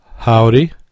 Howdy